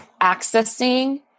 accessing